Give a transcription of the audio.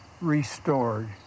restored